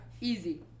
Easy